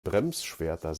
bremsschwerter